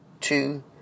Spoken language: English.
two